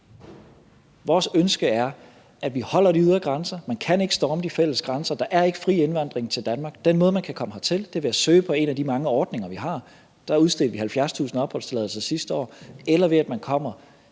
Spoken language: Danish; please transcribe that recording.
Vores ønske er, at vi holder de ydre grænser, at man ikke kan storme de fælles grænser. Der er ikke fri indvandring til Danmark. Den måde, man skal kunne komme hertil på, er ved at søge gennem en af de mange ordninger, vi har – der udstedte vi 70.000 opholdstilladelser sidste år – eller ved at man kommer